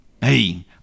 hey